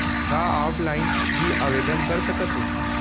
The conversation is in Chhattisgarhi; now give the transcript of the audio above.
का ऑफलाइन भी आवदेन कर सकत हे?